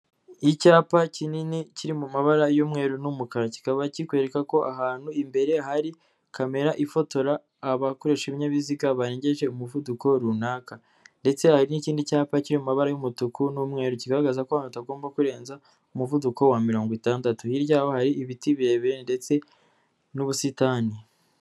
Icyapa kinini kiri mu mabara y'umweru n'umukara, kikaba kikwereka ko ahantu imbere hari kamera ifotora abakoresha ibinyabiziga barengeje umuvuduko runaka, ndetse hari n'ikindi cyapa cy'amabara y'umutuku n'umweru kigaragaza ko hatagomba kurenza umuvuduko wa mirongo itandatu, hirya yaho hari ibiti birebire ndetse n'ubusitani.